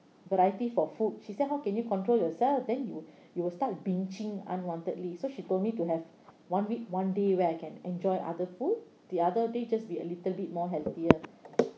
variety for food she said how can you control yourself then you you will start pinching unwantedly so she told me to have one week one day where I can enjoy other food the other day just be a little bit more healthier